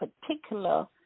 particular